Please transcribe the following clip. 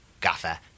Gaffer